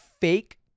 fake